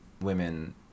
women